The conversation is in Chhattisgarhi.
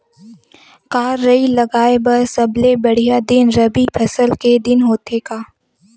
का राई लगाय बर सबले बढ़िया दिन रबी फसल के दिन होथे का?